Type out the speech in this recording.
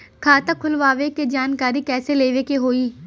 खाता खोलवावे के जानकारी कैसे लेवे के होई?